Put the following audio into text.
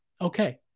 okay